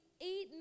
eight